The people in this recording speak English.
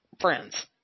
friends